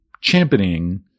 championing